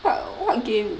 what what game